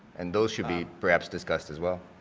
and those should be perhaps discussed as well.